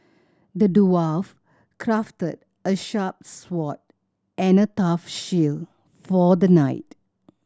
the dwarf crafted a sharp sword and a tough shield for the knight